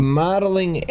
modeling